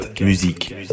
Musique